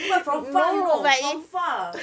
even from far you know from far